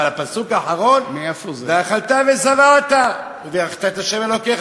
אבל הפסוק האחרון: "ואכלת ושבעת וברכת את ה' אלהיך",